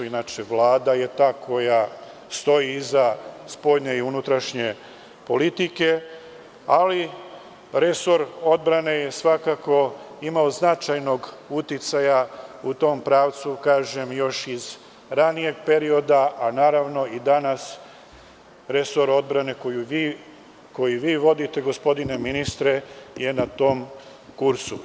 Inače, Vlada je ta koja stoji iza spoljne i unutrašnje politike, ali resor odbrane je svakako imao značajnog uticaja u tom pravcu, kažem, još iz ranijeg perioda, a naravno i danas resor odbrane, koji vi vodite, gospodine ministre, je na tom kursu.